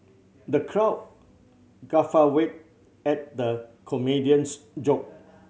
the crowd at the comedian's joke